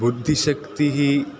बुद्धिशक्तिः